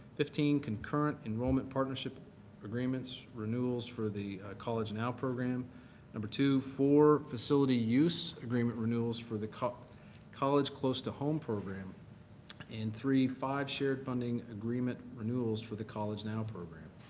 fifteen concurrent enrollment partnership agreements, renewals for the college now program number two, four facility use agreement renewals for the college close to home program and three, five shared funding agreement renewals for the college now program.